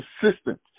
consistent